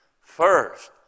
first